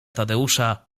tadeusza